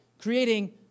creating